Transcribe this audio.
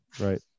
right